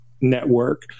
network